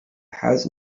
has